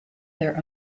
their